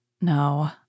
No